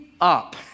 up